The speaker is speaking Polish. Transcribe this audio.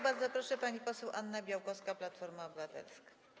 Bardzo proszę, pani poseł Anna Białkowska, Platforma Obywatelska.